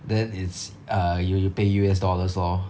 then it's uh you you pay U_S dollars lor